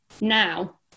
now